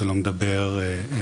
שלא מדבר,